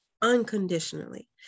unconditionally